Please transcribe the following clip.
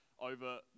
over